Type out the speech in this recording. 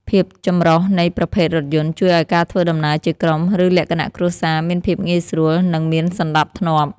ភាពចម្រុះនៃប្រភេទរថយន្តជួយឱ្យការធ្វើដំណើរជាក្រុម ឬលក្ខណៈគ្រួសារមានភាពងាយស្រួល និងមានសណ្ដាប់ធ្នាប់។